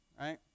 right